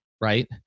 right